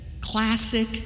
classic